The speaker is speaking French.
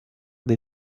des